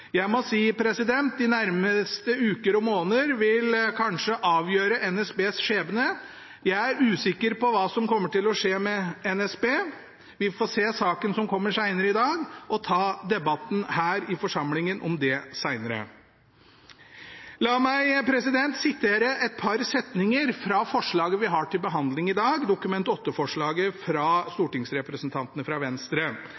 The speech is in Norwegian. Jeg er usikker på hva som kommer til å skje med NSB. Vi får se saken som kommer senere i dag, og ta debatten om det her i forsamlingen senere. La meg sitere et par setninger fra forslaget vi har til behandling i dag, Dokument 8-forslaget fra stortingsrepresentantene fra Venstre.